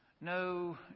No